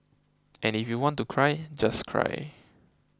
and if you want to cry just cry